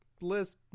list